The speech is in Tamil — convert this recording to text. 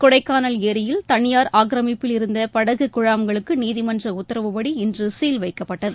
கொடைக்கானல் ஏரியில் தனியார் ஆக்கிரமிப்பில் இருந்த படகு குழாம்களுக்கு நீதிமன்ற உத்தரவுப்படி இன்று சீல் வைக்கப்பட்டது